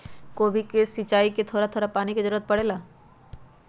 गोभी के सिचाई में का थोड़ा थोड़ा पानी के जरूरत परे ला?